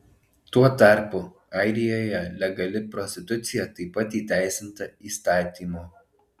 tuo tarpu airijoje legali prostitucija taip pat įteisinta įstatymu